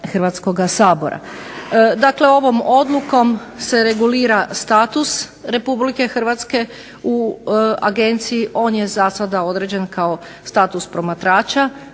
Hrvatskoga sabora. Dakle, ovom Odlukom se regulira status Republike Hrvatske u Agenciji, on je za sada potvrđen kao status promatrača,